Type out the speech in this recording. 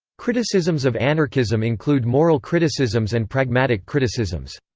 criticisms of anarchism include moral criticisms and pragmatic criticisms.